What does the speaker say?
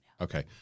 Okay